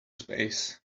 space